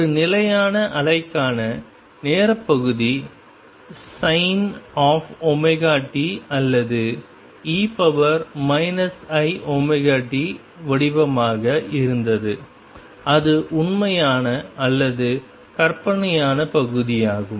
ஒரு நிலையான அலைக்கான நேரப் பகுதி sin ωt அல்லது e iωt வடிவமாக இருந்தது அது உண்மையான அல்லது கற்பனையான பகுதியாகும்